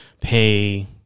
pay